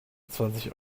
zwanzig